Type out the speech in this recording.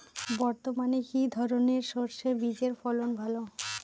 বর্তমানে কি ধরনের সরষে বীজের ফলন ভালো?